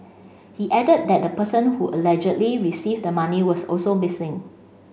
he added that the person who allegedly received the money was also missing